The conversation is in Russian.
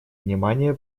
внимание